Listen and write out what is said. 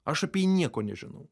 aš apie jį nieko nežinau